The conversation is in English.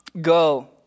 Go